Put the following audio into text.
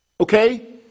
okay